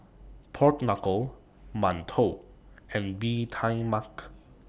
Pork Knuckle mantou and Bee Tai Mak